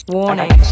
Warning